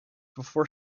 before